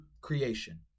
creation